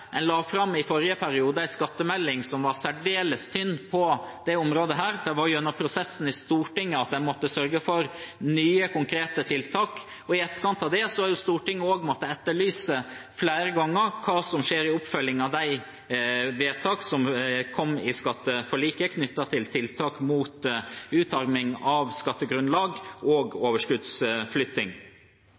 I forrige periode la en fram en skattemelding som var særdeles tynn på dette området. Det var gjennom prosessen i Stortinget at en måtte sørge for nye, konkrete tiltak. I etterkant har Stortinget flere ganger måttet etterlyse hva som skjer i oppfølgingen av vedtakene som kom i skatteforliket, knyttet til tiltak mot utarming av skattegrunnlag og overskuddsflytting.